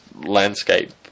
landscape